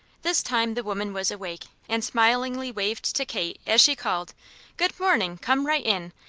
this time the woman was awake and smilingly waved to kate as she called good morning! come right in.